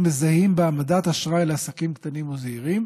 מזהים בהעמדת אשראי לעסקים קטנים וזעירים,